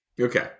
Okay